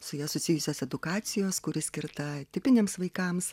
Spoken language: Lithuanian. su ja susijusias edukacijos kuri skirta tipiniams vaikams